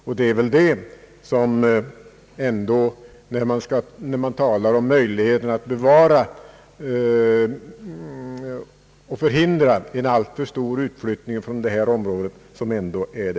Och det är väl ändå det väsentligaste när man talar om möjligheterna att förhindra en alltför stor utflyttning från detta område.